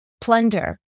plunder